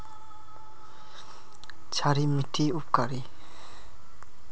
क्षारी मिट्टी उपकारी?